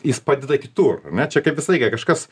jis padeda kitur ane čia kaip visą laiką kažkas